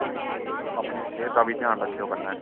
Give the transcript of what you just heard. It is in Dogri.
ते अपनी सेह्त दा बी ध्यान रक्खेओ कन्नै